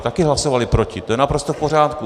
Taky hlasovali proti, to je naprosto v pořádku.